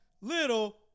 Little